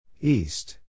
East